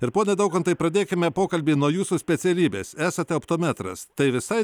ir pone daukontai pradėkime pokalbį nuo jūsų specialybės esate optometras tai visai